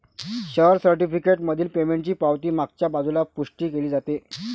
share certificate मधील पेमेंटची पावती मागच्या बाजूला पुष्टी केली जाते